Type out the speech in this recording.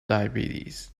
diabetes